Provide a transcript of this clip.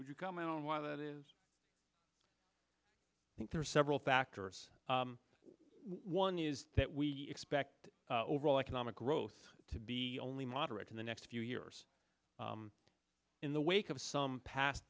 you comment on why that is i think there are several factors one is that we expect overall economic growth to be only moderate in the next few years in the wake of some past